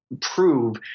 Prove